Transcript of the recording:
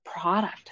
product